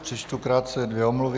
Přečtu krátce dvě omluvy.